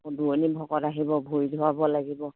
দূৰণিৰ ভকত আহিব ভৰি ধোৱাব লাগিব